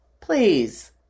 Please